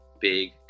big